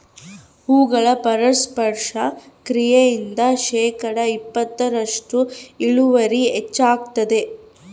ಹೂಗಳ ಪರಾಗಸ್ಪರ್ಶ ಕ್ರಿಯೆಯಿಂದ ಶೇಕಡಾ ಇಪ್ಪತ್ತರಷ್ಟು ಇಳುವರಿ ಹೆಚ್ಚಾಗ್ತದ